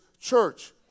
church